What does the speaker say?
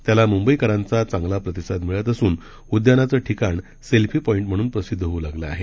त्याला मंबईकरांचा चांगला प्रतिसाद मिळत असून उदयानाचं ठिकाण सेल्फी पॉईंट म्हणून प्रसिदध होऊ लागलं आहे